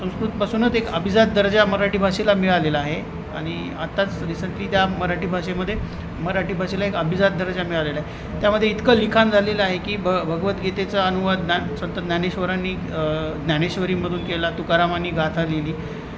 संस्कृतपासूनच एक अभिजात दर्जा मराठी भाषेला मिळालेला आहे आणि आत्ताच रिसेंटली त्या मराठी भाषेमध्ये मराठी भाषेला एक अभिजात दर्जा मिळालेला आहे त्यामध्ये इतकं लिखाण झालेलं आहे की भ भगवद्गीतेचा अनुवाद ज्ञान संत त्रज्ञानेश्वरांनी ज्ञानेश्वरीमधून केला तुकारामानी गाथा लिहिली